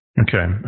Okay